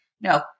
No